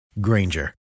Granger